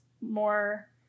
more